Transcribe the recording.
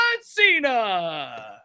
Cena